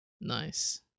Nice